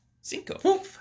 Cinco